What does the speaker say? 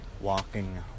Walking